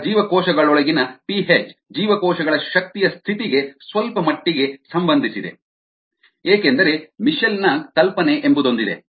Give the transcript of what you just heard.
ಈಗ ಜೀವಕೋಶಗಳೊಳಗಿನ ಪಿಹೆಚ್ ಜೀವಕೋಶಗಳ ಶಕ್ತಿಯ ಸ್ಥಿತಿಗೆ ಸ್ವಲ್ಪಮಟ್ಟಿಗೆ ಸಂಬಂಧಿಸಿದೆ ಏಕೆಂದರೆ ಮಿಚೆಲ್ನ Mitchell's ಕಲ್ಪನೆ ಎಂಬುದೊಂದಿದೆ